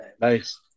Nice